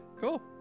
cool